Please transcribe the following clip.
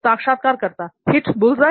साक्षात्कारकर्ता हिटबुल्सआई